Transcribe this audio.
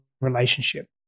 relationship